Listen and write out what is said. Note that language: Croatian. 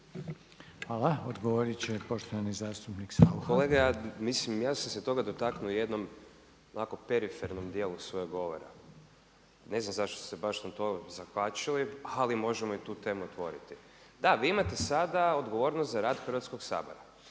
**Saucha, Tomislav (SDP)** Kolega mislim ja sam se toga dotaknuo jednom onako u perifornom dijelu svojeg govora. Ne znam zašto ste se baš na to zakačili ali možemo i tu temu otvoriti. Da, vi imate sada odgovornost za rad Hrvatskog sabora